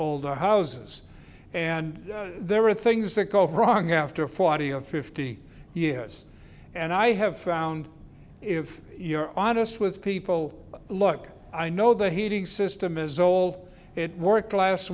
older houses and there are things that go wrong after forty of fifty years and i have found if you're honest with people look i know the heating system is old it worked last